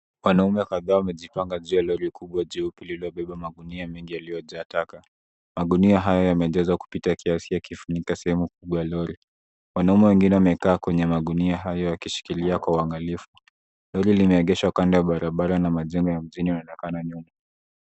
Wanaume kadhaa wamejipanga juu ya lori kubwa jeupe lililobeba magunia mengi yaliyojaa taka. Magunia haya yamejazwa kupita kiasi yakifunika sehemu kubwa ya lori. Wanaume wengine wamekaa kwenye magunia hayo kwa uangalifu. Lori limeegeshwa kando ya barabara na majengo ya mjini yanaonekana nyuma.